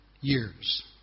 years